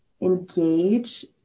engage